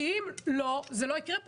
כי אם לא זה לא יקרה,